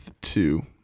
two